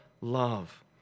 love